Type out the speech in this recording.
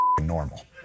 normal